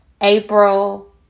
April